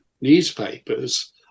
newspapers